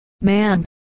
man